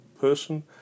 person